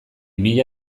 mila